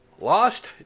Lost